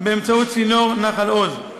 באמצעות צינור נחל-עוז,